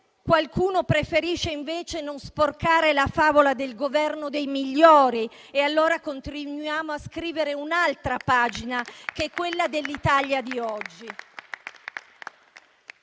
qualcuno preferisce non sporcare la favola del Governo dei migliori? Allora continuiamo a scrivere un'altra pagina, che è quella dell'Italia di oggi.